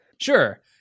Sure